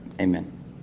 Amen